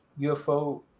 UFO